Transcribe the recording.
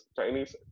Chinese